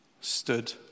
stood